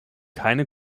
keine